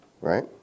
right